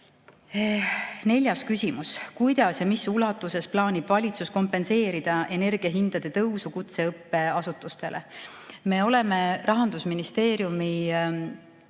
Neljas küsimus: "Kuidas ja mis ulatuses plaanib valitsus kompenseerida energiahindade tõusu kutseõppeasutustele?" Me oleme Rahandusministeeriumi